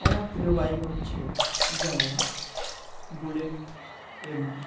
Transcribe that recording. আমার প্রিয় বাইক হচ্ছে যেমন বুলেট এমটি